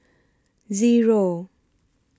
Zero